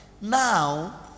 Now